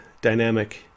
dynamic